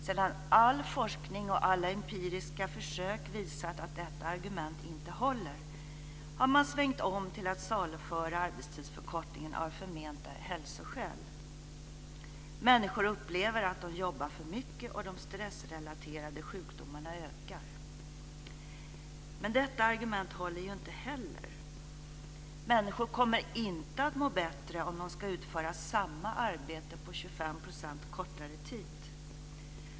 Sedan all forskning och alla empiriska försök visat att detta argument inte håller har man svängt om till att saluföra arbetstidsförkortningen av förmenta hälsoskäl - människor upplever att de jobbar för mycket och de stressrelaterade sjukdomarna ökar. Men detta argument håller inte heller. Människor kommer inte att må bättre om de ska utföra samma arbete på 25 % kortare tid.